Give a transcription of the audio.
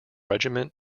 regiment